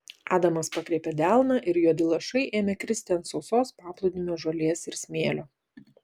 adamas pakreipė delną ir juodi lašai ėmė kristi ant sausos paplūdimio žolės ir smėlio